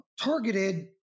targeted